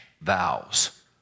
vows